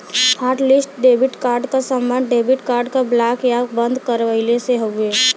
hotlist debit card क सम्बन्ध debit card क ब्लॉक या बंद करवइले से हउवे